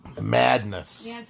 Madness